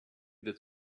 that